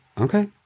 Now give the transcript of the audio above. okay